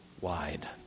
wide